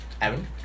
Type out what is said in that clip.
Evan